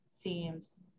seems